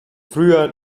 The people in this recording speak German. früher